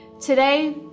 Today